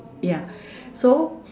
ya so